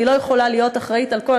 אני לא יכולה להיות אחראית לכל,